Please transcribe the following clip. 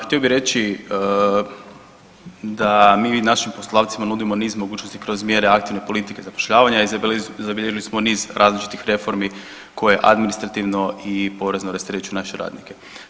Htio bi reći da mi našim poslodavcima nudimo niz mogućnosti kroz mjere aktivne politike zapošljavanja i zabilježili smo niz različitih reformi koje administrativno i porezno rasterećuju naše radnike.